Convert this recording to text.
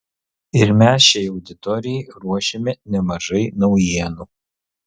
ir mes šiai auditorijai ruošiame nemažai naujienų